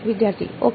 વિદ્યાર્થી ઓકે